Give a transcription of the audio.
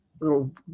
little